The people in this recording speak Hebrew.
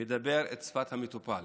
מדבר את שפת המטופל